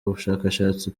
bushakashatsi